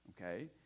okay